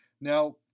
now